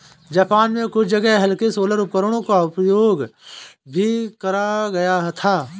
Japan में कुछ जगह हल्के सोलर उपकरणों का प्रयोग भी करा गया था